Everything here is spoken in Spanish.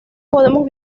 podemos